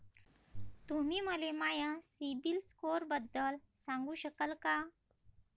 तुम्ही मले माया सीबील स्कोअरबद्दल सांगू शकाल का?